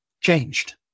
changed